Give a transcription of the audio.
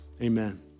Amen